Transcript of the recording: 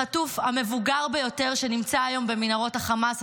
החטוף המבוגר ביותר שנמצא היום במנהרות החמאס.